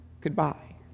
goodbye